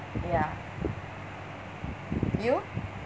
ya you